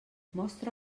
mostra